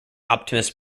optimus